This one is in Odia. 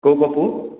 କେଉଁ ପପୁ